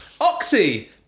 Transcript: Oxy